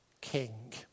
king